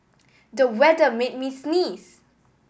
the weather made me sneeze